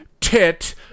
tit